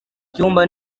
cyumba